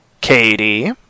Katie